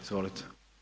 Izvolite.